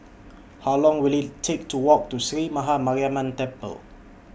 How Long Will IT Take to Walk to Sree Maha Mariamman Temple